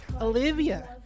Olivia